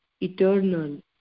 eternal